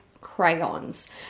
Crayons